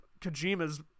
Kojima's